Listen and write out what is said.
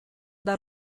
dal